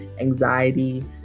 anxiety